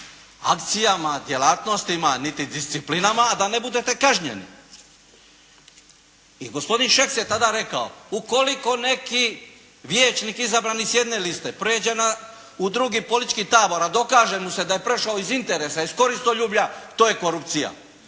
akcijama, djelatnostima, niti disciplinama, a da ne budete kažnjeni. I gospodin Šeks je tada rekao ukoliko neki vijećnik izabran i s jedne liste prijeđe u drugi politički tabor, a dokaže mu se da je prešao iz interesa, iz koristoljublja, to je korupcija.